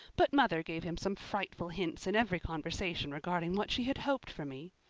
but mother gave him some frightful hints in every conversation regarding what she had hoped for me.